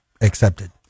accepted